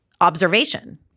observation